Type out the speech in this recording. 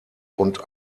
und